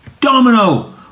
domino